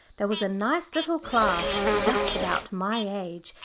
there was a nice little class just about my age,